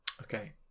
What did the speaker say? Okay